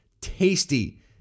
tasty